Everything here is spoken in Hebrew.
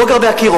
לא גר ב"אקירוב".